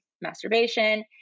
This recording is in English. masturbation